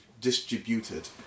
distributed